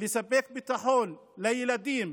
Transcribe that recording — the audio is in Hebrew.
לספק ביטחון לילדים,